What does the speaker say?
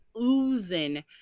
oozing